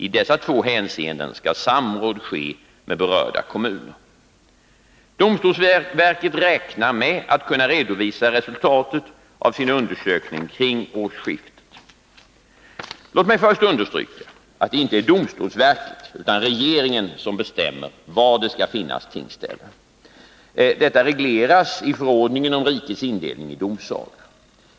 I dessa två hänseenden skall samråd ske med berörda kommuner. Domstolsverket räknar med att kunna redovisa resultatet av sin undersökning kring årsskiftet. Låt mig först understryka att det inte är domstolsverket utan regeringen som bestämmer var det skall finnas tingsställen. Detta regleras i förordningen om rikets indelning i domsagor.